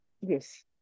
Yes